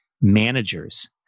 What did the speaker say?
managers